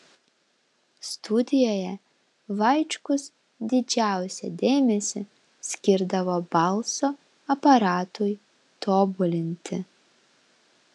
studijoje vaičkus didžiausią dėmesį skirdavo balso aparatui tobulinti